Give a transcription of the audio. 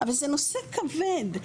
אבל זה נושא כבד,